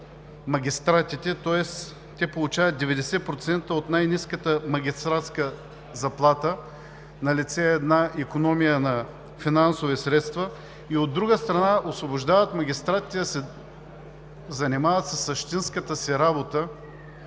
магистратите, тоест те получават 90% от най-ниската магистратска заплата – налице е икономия на финансови средства. От друга страна, освобождават магистратите да се занимават със същинската си работа,